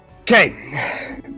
Okay